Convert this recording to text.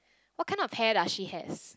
what kind of hair does she has